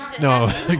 No